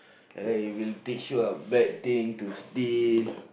They will teach you a bad thing to steal